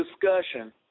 discussion